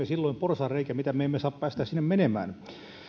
silloin porsaanreikä mitä me emme saa päästää sinne menemään